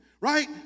right